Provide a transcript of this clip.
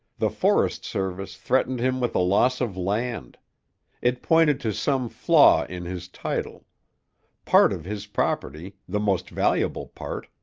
the forest service threatened him with a loss of land it pointed to some flaw in his title part of his property, the most valuable part,